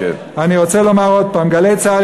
אני רוצה לומר עוד פעם: "גלי צה"ל",